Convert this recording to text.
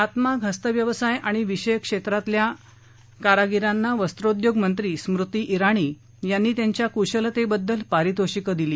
हातमाग हस्तव्यवसाय आणि विषयक्षेत्रातल्या कारागीरांना वस्त्रोद्योग मंत्री स्मृती जिणी यांनी त्यांच्या कुशलतेबद्दल पारितोषिक दिली